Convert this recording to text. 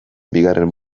bigarren